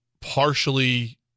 partially